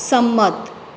સંમત